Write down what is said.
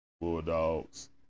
Bulldogs